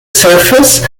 surface